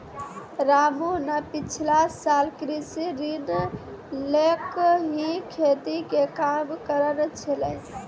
रामू न पिछला साल कृषि ऋण लैकॅ ही खेती के काम करनॅ छेलै